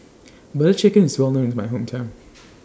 Butter Chicken IS Well known in My Hometown